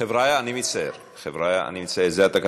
זה לא ייאמן,